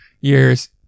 years